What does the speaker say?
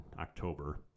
October